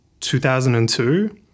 2002